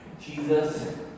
Jesus